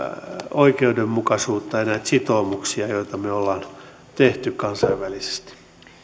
oikeudenmukaisuutta ja näitä sitoumuksia joita me olemme tehneet kansainvälisesti